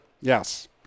Yes